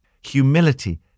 Humility